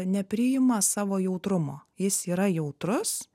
nepriima savo jautrumo jis yra jautrus